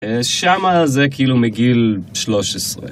שמה זה כאילו מגיל 13